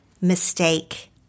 mistake